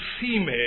female